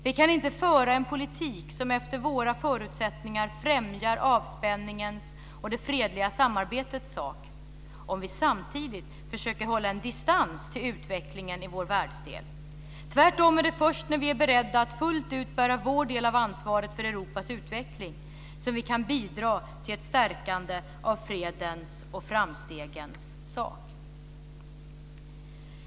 Vi kan inte föra en politik som efter våra förutsättningar främjar avspänningens och det fredliga samarbetets sak om vi samtidigt försöker hålla en distans till utvecklingen i vår världsdel. Tvärtom är det först när vi är beredda att fullt ut bära vår del av ansvaret för Europas utveckling som vi kan bidra till ett stärkande av fredens och framstegens sak.